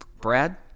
Brad